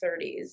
30s